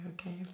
okay